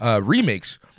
remakes